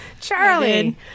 Charlie